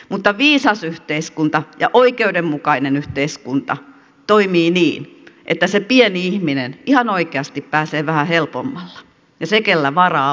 mutta viisas yhteiskunta ja oikeudenmukainen yhteiskunta toimii niin että se pieni ihminen ihan oikeasti pääsee vähän helpommalla ja se kenellä varaa on osallistuu enemmän